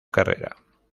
carrera